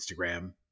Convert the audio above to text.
Instagram